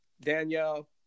Danielle